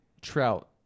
trout